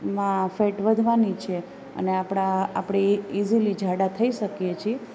માં ફેટ વધવાની છે અને આપણાં આપણે ઇઝીલી જાડા થઈ શકીએ છે